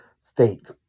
state